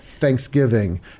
thanksgiving